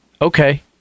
okay